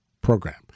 program